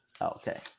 Okay